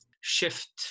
shift